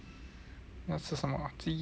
要吃什么鸡饭